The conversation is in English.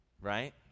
right